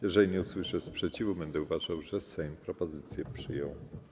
Jeżeli nie usłyszę sprzeciwu, będę uważał, że Sejm propozycję przyjął.